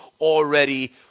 already